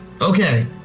Okay